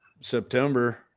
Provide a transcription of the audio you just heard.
September